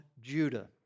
Judah